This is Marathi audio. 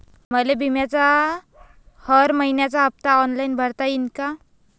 मले बिम्याचा हर मइन्याचा हप्ता ऑनलाईन भरता यीन का?